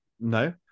no